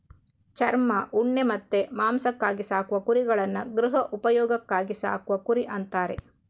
ಚರ್ಮ, ಉಣ್ಣೆ ಮತ್ತೆ ಮಾಂಸಕ್ಕಾಗಿ ಸಾಕುವ ಕುರಿಗಳನ್ನ ಗೃಹ ಉಪಯೋಗಕ್ಕಾಗಿ ಸಾಕುವ ಕುರಿ ಅಂತಾರೆ